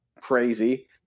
crazy